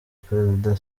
perezida